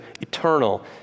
eternal